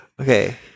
Okay